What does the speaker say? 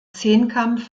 zehnkampf